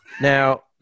Now